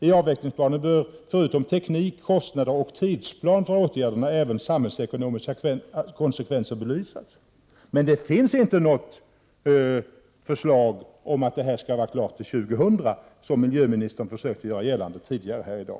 I avvecklingsplanen bör förutom teknik, kostnader och tidsplan för åtgärderna även samhällsekonomiska konsekvenser belysas. Men det finns inte något förslag om att detta skall vara klart till år 2000, som miljöministern försökte göra gällande tidigare här i dag.